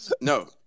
No